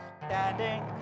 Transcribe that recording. standing